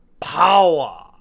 power